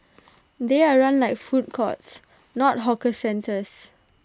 they are run like food courts not hawker centres